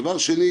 דבר שני,